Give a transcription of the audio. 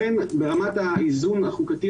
לכן ברמת האיזון החוקתי,